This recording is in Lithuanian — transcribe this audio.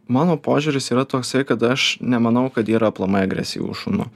mano požiūris yra toksai kad aš nemanau kad yra aplamai agresyvių šunų